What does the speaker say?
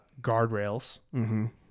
guardrails